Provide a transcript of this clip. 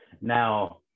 now